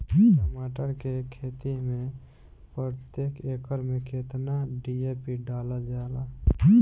टमाटर के खेती मे प्रतेक एकड़ में केतना डी.ए.पी डालल जाला?